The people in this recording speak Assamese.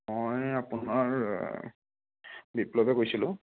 অঁ এই আপোনাৰ বিপ্লৱে কৈছিলোঁ